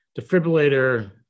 defibrillator